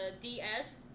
ds